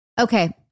Okay